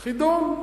חידון.